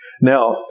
Now